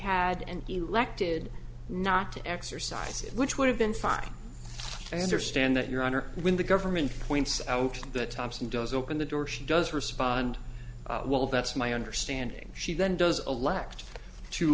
had and elected not to exercise it which would have been fine i understand that your honor when the government points out that thompson does open the door she does respond well that's my understanding she then does elect to